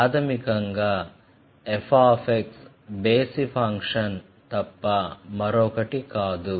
ప్రాథమికంగా f బేసి function తప్ప మరొకటి కాదు